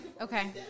Okay